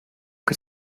que